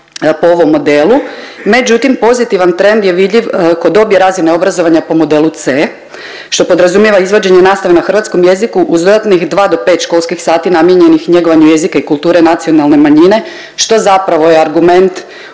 po ovom modelu. Međutim, pozitivan trend je vidljiv kod obje razine obrazovanja po modelu C što podrazumijeva izvođenje nastave na hrvatskom jeziku uz dodatnih 2 do 5 školskih sati namijenjenih njegovanju jezika i kulture nacionalne manjine što zapravo je argument